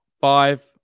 Five